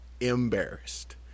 embarrassed